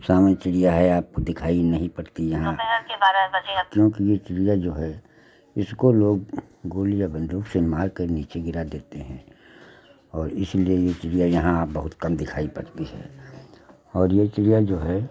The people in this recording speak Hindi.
सामान्य चिड़ियाँ आपको दिखाई नहीं पड़ती यहाँ क्योंकि यह चिड़ियाँ जो है इसको लोग गोली या बन्दूक से मारकर नीचे गिरा देते हैं और इसलिए यह चिड़ियाँ यहाँ अब बहुत कम दिखाई पड़ती है और यह चिड़ियाँ जो है